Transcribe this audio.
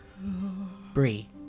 Bree